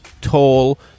tall